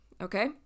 Okay